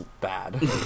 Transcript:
bad